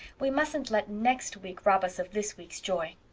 we mustn't let next week rob us of this week's joy.